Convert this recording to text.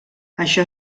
això